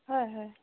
হয় হয়